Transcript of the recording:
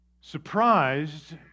Surprised